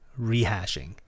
rehashing